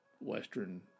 Western